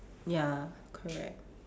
ya correct